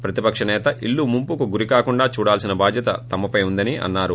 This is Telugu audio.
ప్రతిపక్ష నేత ఇల్లు ముంపునకు గురికాకుండా చూడాల్సిన బాధ్యత తమపై ఉందని అన్నారు